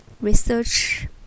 Research